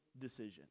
decision